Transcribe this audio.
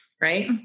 right